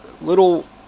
little